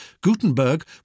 Gutenberg